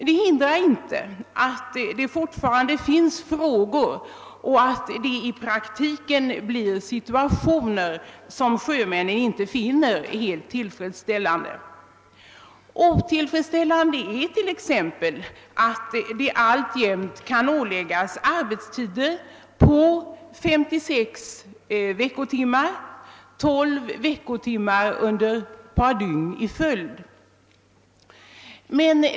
Detta hindrar inte att det fortfarande finns förhållanden och i praktiken uppstår situationer, som sjömännen inte finner helt tillfredsställande. Det är t.ex. otillfredsställande, att sjömännen alltjämt kan åläggas arbetstider på 56 veckotimmar med 12 arbetstimmar under ett par dygn i följd.